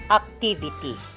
activity